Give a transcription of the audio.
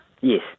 Yes